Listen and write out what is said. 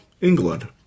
England